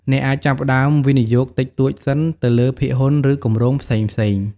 អ្នកអាចចាប់ផ្ដើមវិនិយោគតិចតួចសិន ទៅលើភាគហ៊ុន ឬគម្រោងផ្សេងៗ។